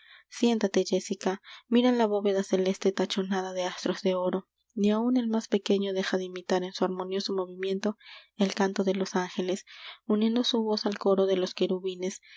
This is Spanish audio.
siéntate jéssica mira la bóveda celeste tachonada de astros de oro ni áun el más pequeño deja de imitar en su armonioso movimiento el canto de los ángeles uniendo su voz al coro de los querubines